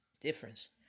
difference